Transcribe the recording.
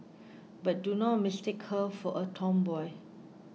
but do not mistake her for a tomboy